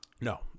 No